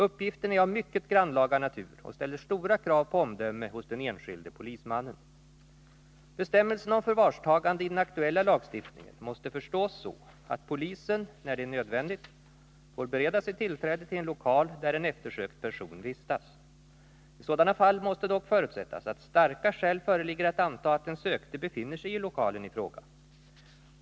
Uppgiften är av mycket grannlaga natur och ställer stora krav på omdöme hos den enskilde polismannen. Bestämmelserna om förvarstagande i den aktuella lagstiftningen måste förstås så att polisen, när det är nödvändigt, får bereda sig tillträde till en lokal där en eftersökt person vistas. I sådana fall måste dock förutsättas att starka skäl föreligger att anta att den sökte befinner sig i lokalen i fråga.